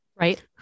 Right